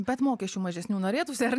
bet mokesčių mažesnių norėtųsi ar